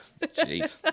jeez